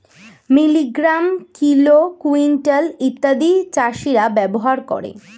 milligram, kilo, quintal ইত্যাদি চাষীরা ব্যবহার করে